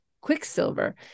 Quicksilver